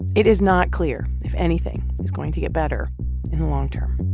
it is not clear if anything is going to get better in the long term